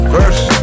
First